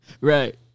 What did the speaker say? Right